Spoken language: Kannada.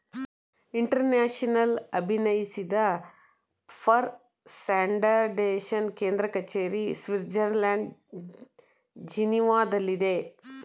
ಇಂಟರ್ನ್ಯಾಷನಲ್ ಅಭಿನಯಿಸಿದ ಫಾರ್ ಸ್ಟ್ಯಾಂಡರ್ಡ್ಜೆಶನ್ ಕೇಂದ್ರ ಕಚೇರಿ ಸ್ವಿಡ್ಜರ್ಲ್ಯಾಂಡ್ ಜಿನೀವಾದಲ್ಲಿದೆ